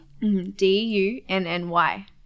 D-U-N-N-Y